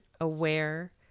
aware